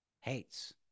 hates